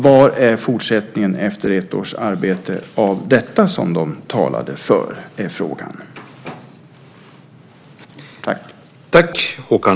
Vad är fortsättningen efter ett års arbete av detta som de talade för? Det är frågan.